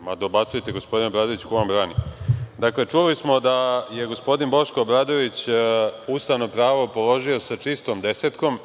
Ma, dobacujte gospodine Obradoviću, ko vam brani. Dakle, čuli smo da je gospodin Boško Obradović ustavno pravo položio sa čistom desetkom